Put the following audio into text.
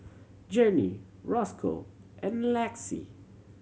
Jenni Rosco and Lexis